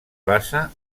basa